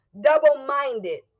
double-minded